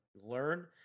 learn